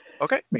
Okay